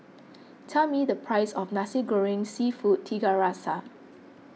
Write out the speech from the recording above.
tell me the price of Nasi Goreng Seafood Tiga Rasa